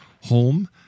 home